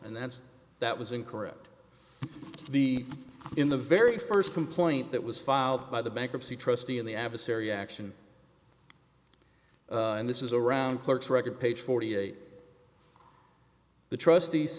and that's that was incorrect the in the very first complaint that was filed by the bankruptcy trustee in the adversary action and this is around clerk's record page forty eight the trust